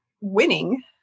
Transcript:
winning